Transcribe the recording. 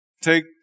take